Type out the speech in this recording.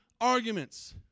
arguments